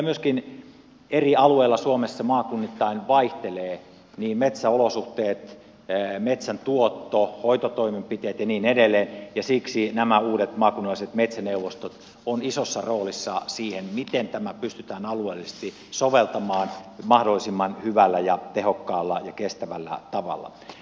myöskin eri alueilla suomessa maakunnittain vaihtelevat niin metsäolosuhteet metsän tuotto hoitotoimenpiteet ja niin edelleen ja siksi nämä uudet maakunnalliset metsäneuvostot ovat isossa roolissa siinä miten tämä pystytään alueellisesti soveltamaan mahdollisimman hyvällä ja tehokkaalla ja kestävällä tavalla